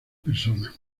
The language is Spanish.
personas